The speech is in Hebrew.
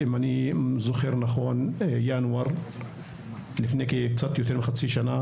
אם אני זוכר נכון לפני קצת יותר מחצי שנה